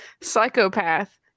psychopath